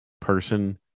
person